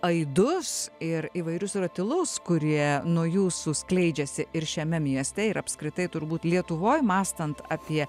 aidus ir įvairius ratilus kurie nuo jūsų skleidžiasi ir šiame mieste ir apskritai turbūt lietuvoj mąstant apie